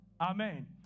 Amen